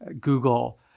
Google